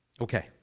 Okay